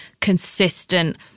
consistent